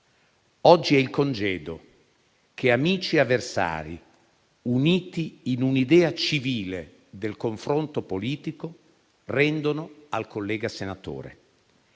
Oggi è il congedo che amici e avversari, uniti in un'idea civile del confronto politico, rendono al collega senatore.